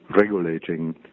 regulating